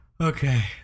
okay